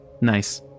Nice